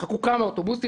יחכו כמה אוטובוסים,